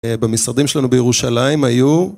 במשרדים שלנו בירושלים היו